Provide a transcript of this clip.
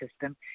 system